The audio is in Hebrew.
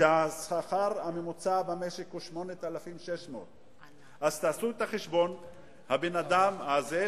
כשהשכר הממוצע במשק הוא 8,600. אז תעשו את החשבון שהאדם הזה,